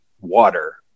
water